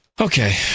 Okay